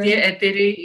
tie eteriai